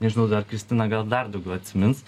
nežinau dar kristina gal dar daugiau atsimins